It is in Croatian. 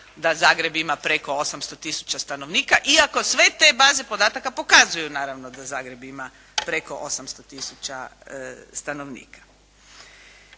da Zagreb ima preko 800 tisuća stanovnika iako sve te baze podataka pokazuju naravno da Zagreb ima preko 800 tisuća stanovnika.